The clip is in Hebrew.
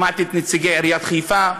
שמעתי את נציגי עיריית חיפה,